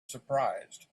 surprised